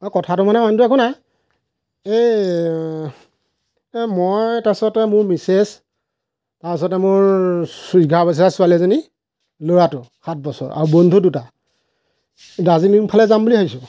অঁ কথাটো মানে অইনটো একো নাই এই এই মই তাৰপিছতে মোৰ মিছেছ তাৰপিছতে মোৰ এঘাৰ বছৰীয়া ছোৱালী এজনী ল'ৰাটো সাত বছৰ আৰু বন্ধু দুটা দাৰ্জিলিঙফালে যাম বুলি ভাবিছোঁ